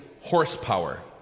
horsepower